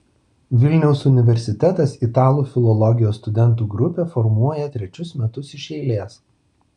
vilniaus universitetas italų filologijos studentų grupę formuoja trečius metus iš eilės